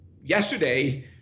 yesterday